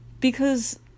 because-